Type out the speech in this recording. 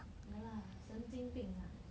ya lah 神经病 ah